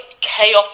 chaotic